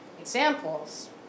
examples